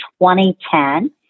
2010